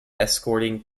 escorting